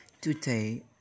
Today